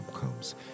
comes